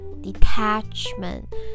detachment